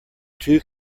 two